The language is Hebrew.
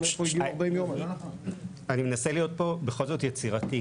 --- אני מנסה להיות פה בכל זאת יצירתי,